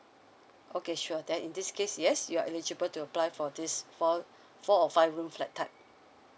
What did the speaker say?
okay sure then in this case yes you are eligible to apply for this four four or five room flat type